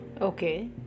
okay